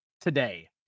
today